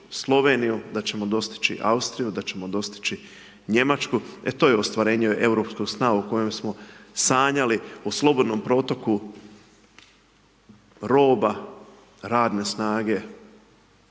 Sloveniju, da ćemo dostići Austriju, da ćemo dostići Njemačku, e to je ostvarenje europskog sna o koje smo sanjali. O slobodnom protoku roba, radne snage